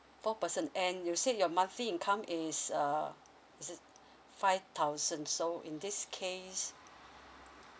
four person and you said your monthly income is uh is five thousand so in this case